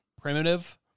primitive